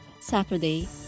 Saturday